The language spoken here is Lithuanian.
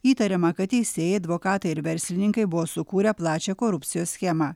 įtariama kad teisėjai advokatai ir verslininkai buvo sukūrę plačią korupcijos schemą